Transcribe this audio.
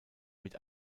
mit